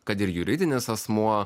kad ir juridinis asmuo